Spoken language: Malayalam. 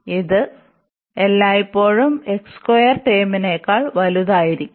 ഇത് എല്ലായ്പ്പോഴും ടേമിനേക്കാൾ വലുതായിരിക്കും